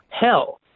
hell